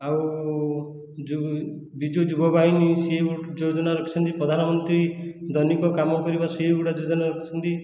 ଆଉ ବିଜୁ ଯୁବ ବାହିନୀ ସିଏ ଗୋଟିଏ ଯୋଜନା ରଖିଛନ୍ତି ପ୍ରଧାନମନ୍ତ୍ରୀ ଦୈନିକ କାମ କରିବା ସିଏ ବି ଗୋଟିଏ ଯୋଜନା ରଖିଛନ୍ତି